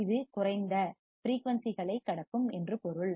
இது குறைந்த லோ ஃபிரீயூன்சிகளைக் கடக்கும் என்று பொருள்